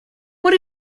what